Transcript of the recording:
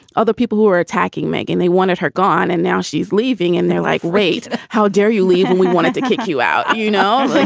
other people who are attacking megan, they wanted her gone and now she's leaving and they're like, rate. how dare you leave? and we wanted to kick you out. you know,